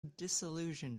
disillusioned